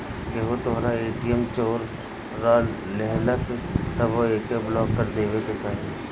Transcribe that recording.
केहू तोहरा ए.टी.एम चोरा लेहलस तबो एके ब्लाक कर देवे के चाही